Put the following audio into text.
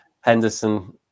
henderson